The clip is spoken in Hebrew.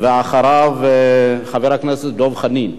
אחריו, חבר הכנסת דב חנין,